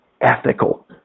ethical